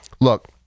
Look